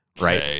Right